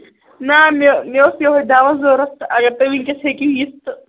نہ مےٚ مےٚ اوس یِہےَ دواہ ضروٗرت تہٕ اَگر تُہۍ ؤنکیٚس ہیٚکِو یِتھ تہٕ